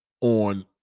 on